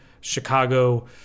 Chicago